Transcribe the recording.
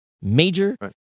major